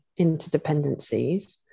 interdependencies